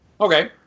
Okay